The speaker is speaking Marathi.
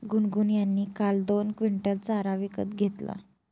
गुनगुन यांनी काल दोन क्विंटल चारा विकत घेतला